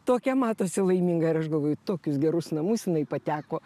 tokia matosi laiminga ir aš galvoju į tokius gerus namus jinai pateko